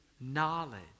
knowledge